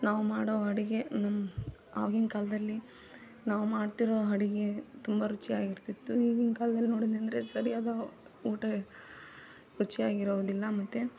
ನಾವು ಮಾಡೋ ಅಡುಗೆ ಆಗಿನ ಕಾಲದಲ್ಲಿ ನಾವು ಮಾಡ್ತಿರೋ ಅಡುಗೆ ತುಂಬ ರುಚಿಯಾಗಿರ್ತಿತ್ತು ಈಗಿನ ಕಾಲ್ದಲ್ಲಿ ನೋಡಿದೆನೆಂದ್ರೆ ಅದು ಸರಿಯಾದ ಊಟ ರುಚಿಯಾಗಿರೋದಿಲ್ಲ ಮತ್ತೆ